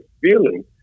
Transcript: feeling